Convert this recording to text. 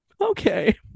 Okay